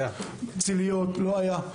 ציליות לא היו.